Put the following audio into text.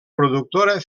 productora